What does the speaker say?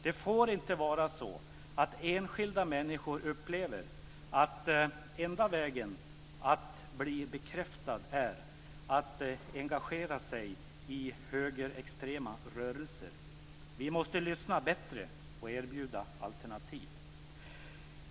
Det får inte vara så att enskilda människor upplever att enda vägen att bli bekräftad är att engagera sig i högerextrema rörelser. Vi måste lyssna bättre och erbjuda alternativ.